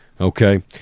okay